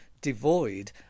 devoid